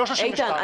ולא 32. איתן,